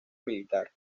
militar